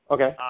Okay